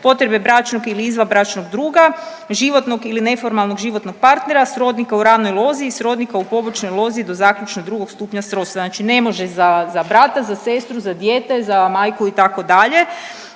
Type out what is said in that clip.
potrebe bračnog ili izvanbračnog druga, životnog ili neformalnog životnog partnera, srodnika u ravnoj lozi i srodnika u pobočnoj lozi do zaključno drugog stupnja srodstva. Znači ne može za brata, za sestru za dijete, za majku itd.